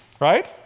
right